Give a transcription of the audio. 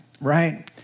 right